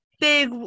big